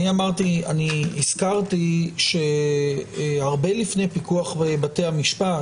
אני הזכרתי שהרבה לפני פיקוח בתי המשפט,